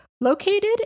Located